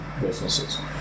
businesses